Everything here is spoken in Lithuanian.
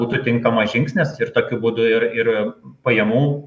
būtų tinkamas žingsnis ir tokiu būdu ir ir pajamų